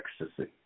ecstasy